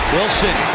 Wilson